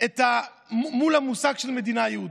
את המושג מדינת יהודית.